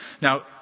now